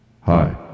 hi